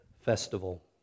festival